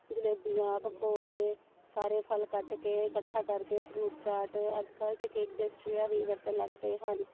ਜਲੇਬੀਆਂ ਪਕੌੜੇ ਸਾਰੇ ਫਲ ਕੱਟ ਕੇ ਇਕੱਠਾ ਕਰਕੇ ਫਰੂਟ ਚਾਟ ਅੱਜ ਕੱਲ੍ਹ ਤਾਂ ਕੇਕ ਪੇਸਟਰੀਆਂ ਵੀ ਵਰਤਣ ਲੱਗ ਪਏ ਹਨ